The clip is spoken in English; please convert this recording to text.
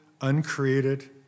uncreated